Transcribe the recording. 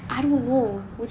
I don't know